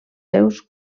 seus